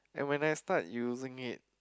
and when I start using it